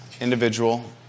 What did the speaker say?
individual